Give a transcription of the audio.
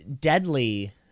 deadly